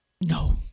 No